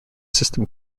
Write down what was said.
system